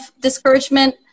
discouragement